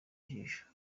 ijisho